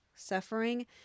suffering